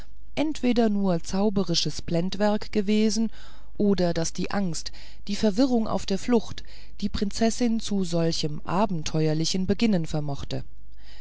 entweder nur zauberisches blendwerk gewesen oder daß die angst die verwirrung auf der flucht die prinzessin zu solchem abenteuerlichen beginnen vermocht